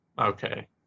okay